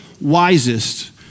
wisest